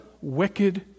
wicked